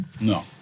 No